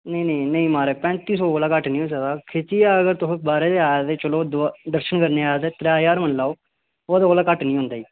नेई नेई नेईं माराज पैंती सौ कोला घट्ट नी होई सकदा खिच्चियै अगर तुस बारे च आखदे चले तुस दर्शन करने जा दे त्रै ज्हार मन्नी लैओ ओह्दे कोला घट्ट नी होंदा